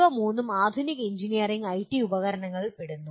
ഇവ മൂന്നും ആധുനിക എഞ്ചിനീയറിംഗ് ഐടി ഉപകരണങ്ങളിൽ ഉൾപ്പെടുന്നു